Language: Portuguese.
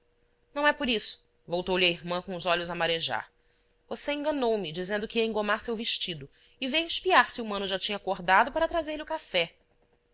não é por isso voltou-lhe a irmã com os olhos a marejar você enganou me dizendo que ia engomar seu vestido e veio espiar se o mano já tinha acordado para trazer-lhe o café